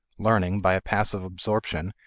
learning by a passive absorption,